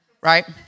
right